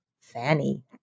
fanny